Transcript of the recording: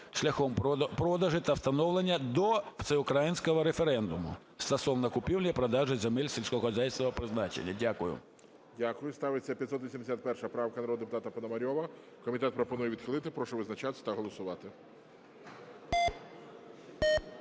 шляхом продажу та встановлення до всеукраїнського референдуму стосовно купівлі-продажу земель сільськогосподарського призначення. Дякую. ГОЛОВУЮЧИЙ. Дякую. Ставиться 581 правка народного депутата Пономарьова. Комітет пропонує відхилити. Прошу визначатися та голосувати.